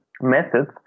methods